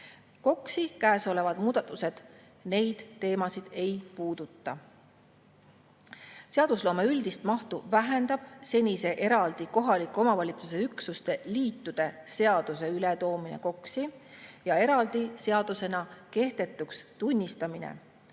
Käesolevad KOKS‑i muudatused neid teemasid ei puuduta. Seadusloome üldist mahtu vähendab senise eraldi kohaliku omavalitsuse üksuste liitude seaduse ületoomine KOKS‑i ja eraldi seadusena kehtetuks tunnistamine.